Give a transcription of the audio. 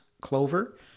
clover